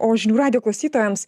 o žinių radijo klausytojams